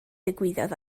ddigwyddodd